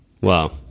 Wow